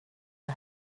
det